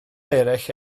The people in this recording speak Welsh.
eraill